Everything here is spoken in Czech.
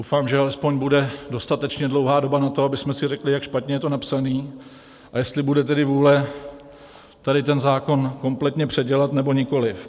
Doufám, že alespoň bude dostatečně dlouhá doba na to, abychom si řekli, jak špatně je to napsané a jestli bude tedy vůle tady ten zákon kompletně předělat, nebo nikoliv.